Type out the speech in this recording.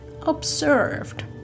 observed